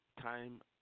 Time